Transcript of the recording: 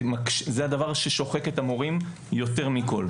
זה הדבר ששוחק את המורים יותר מכל.